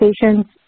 patients